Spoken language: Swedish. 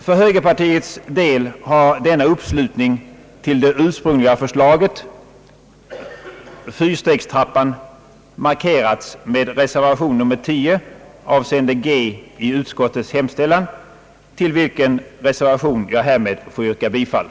För högerpartiets del har denna uppslutning kring det ursprungliga förslaget — fyrastegstrappan — markerats med reservationen X, avseende G i utskottets hemställan, till vilken reservation jag härmed får yrka bifall.